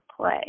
play